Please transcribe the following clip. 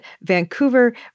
Vancouver